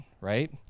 right